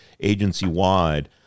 agency-wide